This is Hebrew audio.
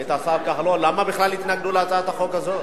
את השר כחלון, למה בכלל התנגדו להצעת החוק הזאת.